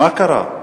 מה קרה?